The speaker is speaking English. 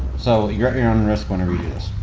so, you're at your own risk whenever you do this.